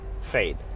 fade